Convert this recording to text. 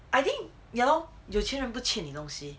I think ya lor 有钱人不欠你东西